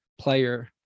player